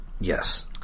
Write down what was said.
Yes